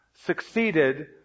succeeded